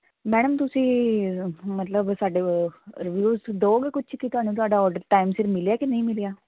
madam ਤੁਸੀਂ ਮਤਲਬ ਸਾਡੇ ਰਿਵਿਊਸ ਦਉਂਗੇ ਕੁਛ ਕਿ ਤੁਹਾਨੂੰ ਤੁਹਾਡਾ ਔਡਰ ਟਾਈਮ ਸਿਰ ਮਿਲਿਆ ਕਿ ਨਹੀਂ ਮਿਲਿਆ